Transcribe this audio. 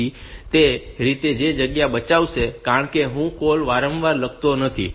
તેથી તે રીતે તે જગ્યા બચાવશે કારણ કે હું કોડ વારંવાર લખતો નથી